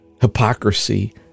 hypocrisy